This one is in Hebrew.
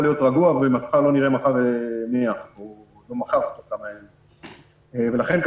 להיות רגוע ולא נראה מחר או תוך כמה ימים 100. לכן,